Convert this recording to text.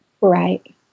Right